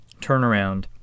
turnaround